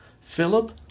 Philip